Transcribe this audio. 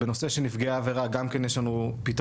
בנושא של נפגעי עבירה גם כן יש לנו פתרון,